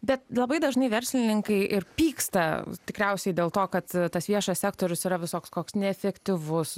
bet labai dažnai verslininkai ir pyksta tikriausiai dėl to kad tas viešas sektorius yra visoks koks neefektyvus